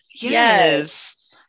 Yes